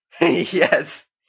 Yes